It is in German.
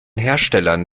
herstellern